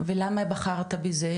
ולמה בחרת בזה?